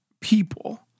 people